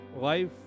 life